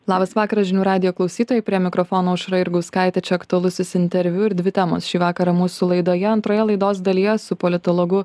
labas vakaras žinių radijo klausytojai prie mikrofono aušra jurgauskaitė aktualusis interviu ir dvi temos šį vakarą mūsų laidoje antroje laidos dalyje su politologu